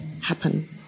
happen